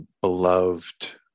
beloved